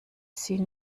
sie